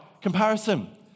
Comparison